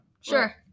sure